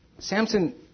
Samson